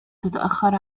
تتأخر